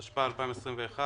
התשפ"א-2021,